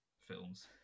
films